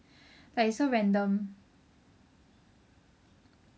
like so random